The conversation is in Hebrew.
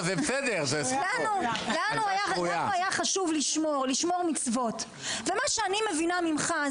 לנו היה חשוב לשמור מצוות ומה שאני מבינה ממך,